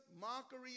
mockery